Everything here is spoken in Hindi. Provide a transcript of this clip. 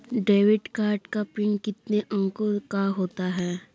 डेबिट कार्ड का पिन कितने अंकों का होता है?